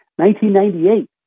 1998